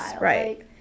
Right